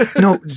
No